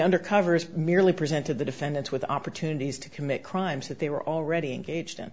undercovers merely presented the defendants with opportunities to commit crimes that they were already engaged in